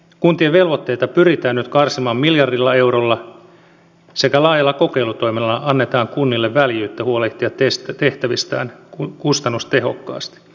kuntien velvoitteita pyritään nyt karsimaan miljardilla eurolla sekä laajalla kokeilutoiminnalla annetaan kunnille väljyyttä huolehtia tehtävistään kustannustehokkaasti